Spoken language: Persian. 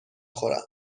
خورم